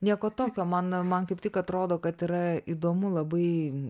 nieko tokio man man kaip tik atrodo kad yra įdomu labai